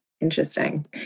Interesting